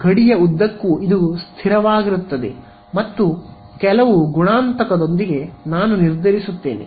ಗಡಿಯ ಉದ್ದಕ್ಕೂ ಇದು ಸ್ಥಿರವಾಗಿರುತ್ತದೆ ಮತ್ತು ಕೆಲವು ಗುಣಾಂಕದೊಂದಿಗೆ ನಾನು ನಿರ್ಧರಿಸುತ್ತೇನೆ